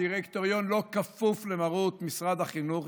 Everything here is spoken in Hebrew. הדירקטוריון לא כפוף למרות משרד החינוך,